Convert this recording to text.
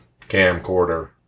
camcorder